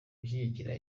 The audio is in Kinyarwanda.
gushyigikira